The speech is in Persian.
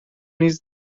نیز